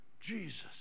Jesus